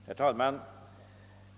Herr talman!